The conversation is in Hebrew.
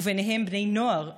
וביניהם בני נוער רבים,